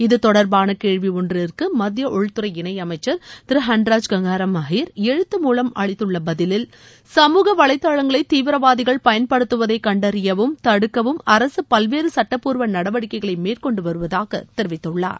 இத்தொடர்பாள கேள்வி ஒன்றிற்கு மத்திய உள்துறை இணையமைச்சர் திரு ஹன்ராஜ் கங்காரம் அஹிர் எழுத்து மூலம் அளித்துள்ள பதிவில் சமூக வலைதளங்களை தீவிரவாதிகள் பயன்படுத்துவதை கண்டறியவும் தடுக்கவும் அரசு பல்வேறு சுட்டப்பூர்வ நடவடிக்கைகளை மேற்கொண்டு வருவதாக தெரிவித்துள்ளார்